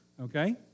okay